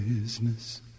business